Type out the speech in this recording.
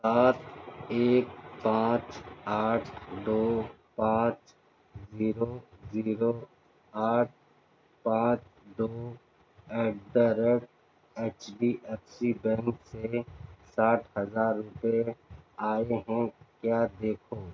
آٹھ ایک پانچ آٹھ دو پانچ زیرو زیرو آٹھ پانچ دو at the rate H D F C bank سے ساٹھ ہزار روپے آئے ہیں کیا دیکھو